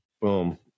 Boom